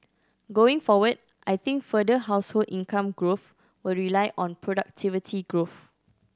going forward I think further household income growth will rely on productivity growth